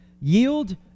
Yield